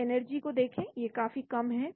तो एनर्जी को देखें यह काफी कम है